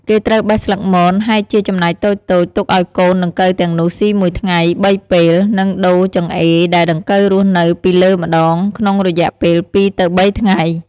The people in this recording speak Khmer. គេត្រូវបេះស្លឹកមន ហែកជាចំណែកតូចៗទុកឲ្យកូនដង្កូវទាំងនោះស៊ីមួយថ្ងៃ៣ពេល និងដូរចង្អេរដែលដង្កូវរស់នៅពីលើម្ដងក្នុងរយៈពេល២ ទៅ៣ថ្ងៃ។